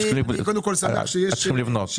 צריך לבנות.